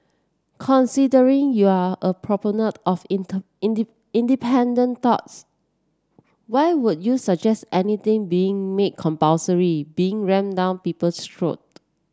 considering you're a proponent of independent thoughts why would you suggest anything being made compulsory being rammed down people's throat